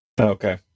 Okay